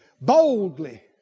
boldly